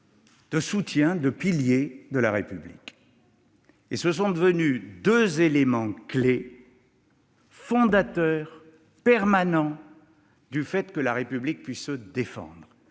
de soutien, de pilier de la République. Ce sont devenus deux éléments clés, fondateurs, permanents, de la possibilité pour la République de se défendre